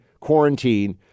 quarantine